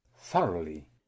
thoroughly